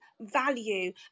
value